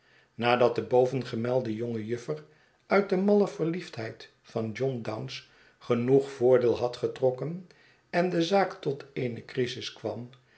nadat de bovengemelde jonge juffer uit de malle verliefdheid van john bounce genoeg voordeel had getrokken en de zaak tot eene crisis kwam